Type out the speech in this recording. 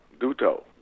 Duto